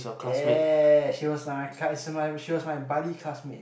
eh she was my she was my buddy classmate